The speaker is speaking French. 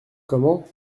comment